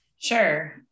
Sure